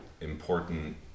important